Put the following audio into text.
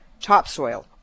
topsoil